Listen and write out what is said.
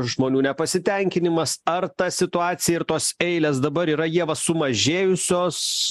žmonių nepasitenkinimas ar ta situacija ir tos eilės dabar yra ieva sumažėjusios